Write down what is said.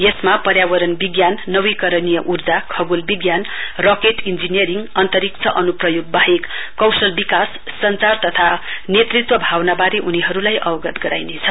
यसमा पर्यावरण विज्ञान नवीकरणीय ऊर्जा खगोल विज्ञान रकेट इञ्जीनियरिग अन्तरिक्ष अनुप्रयोग वाहेक कौशल विकाश संचार तथा नेतृत्व भावनावारे उनीहरुलाई अवगत गराइनेछ